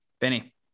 Benny